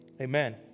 amen